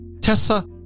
Tessa